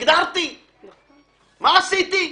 מה עשיתי?